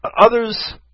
Others